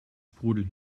sprudel